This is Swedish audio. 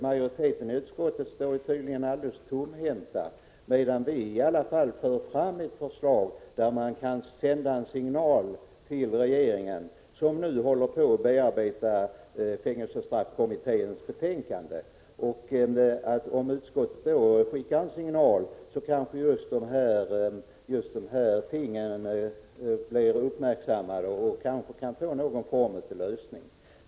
Majoriteten i utskottet står tydligen alldeles tomhänt, medan vi i alla fall för fram ett förslag som kan användas såsom en signal till regeringen, som nu håller på att bearbeta fängelsestraffkommitténs betänkande. Om utskottet skickar en signal kanske de här tingen blir uppmärksammade och kan få någon form av lösning.